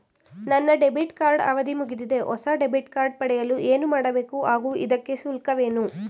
ನನ್ನ debit card ಅವಧಿ ಮುಗಿದಿದೆ ಹೊಸ ಡೆಬಿಟ್ ಕಾರ್ಡ್ ಪಡೆಯಲು ಏನು ಮಾಡಬೇಕು ಹಾಗೂ ಇದಕ್ಕೆ ಶುಲ್ಕವೇನು?